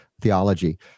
theology